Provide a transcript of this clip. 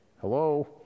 hello